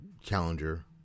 challenger